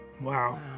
Wow